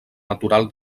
natural